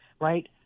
right